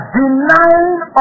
denying